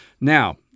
Now